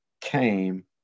came